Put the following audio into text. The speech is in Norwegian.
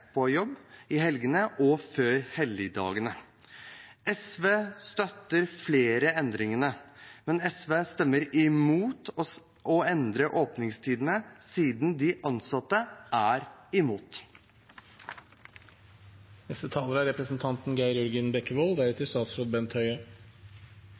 på jobb i helgene og før helligdagene. SV støtter flere av endringene, men SV vil stemme imot å endre åpningstidene siden de ansatte er imot.